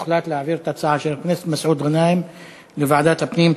הוחלט להעביר את ההצעה של חבר הכנסת מסעוד גנאים לוועדת הפנים.